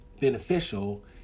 beneficial